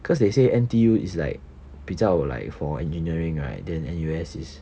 because they say N_T_U is like 比较 like for engineering right then N_U_S is